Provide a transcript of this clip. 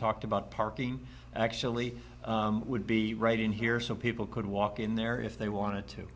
talked about parking actually would be right in here so people could walk in there if they wanted to